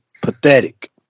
Pathetic